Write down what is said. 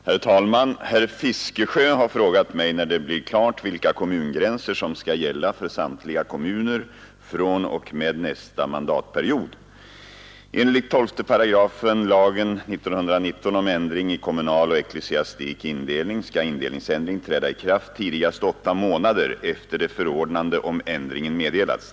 Herr talman! Herr Fiskesjö har frågat mig när det blir klart vilka kommungränser som skall gälla för samtliga kommuner från och med nästa mandatperiod. Enligt 12 § lagen om ändring i kommunal och ecklesiastik indelning skall indelningsändring träda i kraft tidigast åtta månader efter det förordnande om ändringen meddelats.